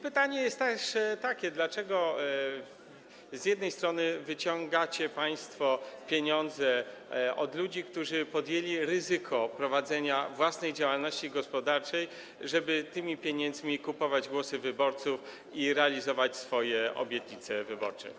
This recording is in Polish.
Pytanie jest takie: Dlaczego wyciągacie państwo pieniądze od ludzi, którzy podjęli ryzyko prowadzenia własnej działalności gospodarczej, żeby za te pieniądze kupować głosy wyborców i realizować swoje obietnice wyborcze?